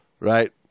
Right